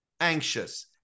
anxious